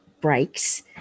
breaks